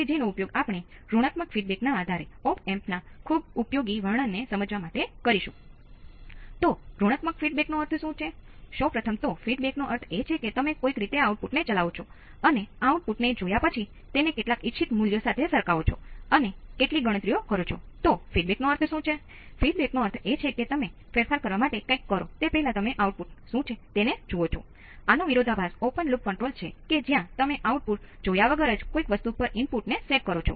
હું Vo1 Vo2 ની ગણતરી પણ કરી શકું છું અને તમે જોઈ શકો છો કે તે V1 V2 × 1 2 × R2 ભાંગ્યા R1 છે